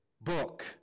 book